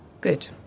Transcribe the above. Good